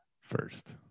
First